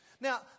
Now